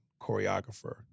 choreographer